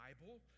Bible